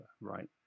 right